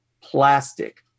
plastic